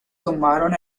tomaron